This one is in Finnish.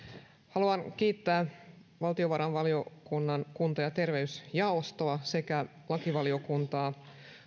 haluan kiittää valtiovarainvaliokunnan kunta ja terveysjaostoa sekä lakivaliokuntaa